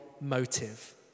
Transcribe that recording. motive